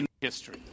history